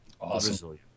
awesome